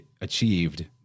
achieved